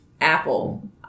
Apple